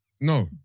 No